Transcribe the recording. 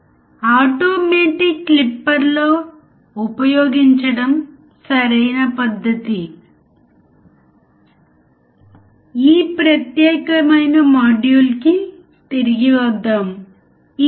ఆప్ amp సర్క్యూట్లలో undistorted output input voltage ఒక పరిధిలో ఉన్నప్పుడు మాత్రమే వస్తుంది మరియు ఇది సర్క్యూట్ యొక్క గెయిన్పై ఆధారపడి ఉంటుంది